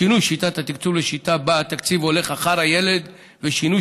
שינוי שיטת התקצוב לשיטה שבה התקציב הולך אחר הילד ושינוי